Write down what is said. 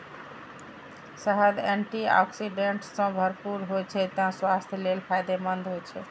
शहद antioxidant सं भरपूर होइ छै, तें स्वास्थ्य लेल फायदेमंद होइ छै